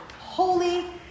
holy